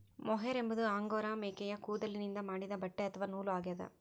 mohair ಎಂಬುದು angora ಮೇಕೆಯ ಕೂದಲಿನಿಂದ ಮಾಡಿದ ಬಟ್ಟೆ ಅಥವಾ ನೂಲು ಆಗ್ಯದ